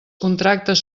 contractes